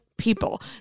people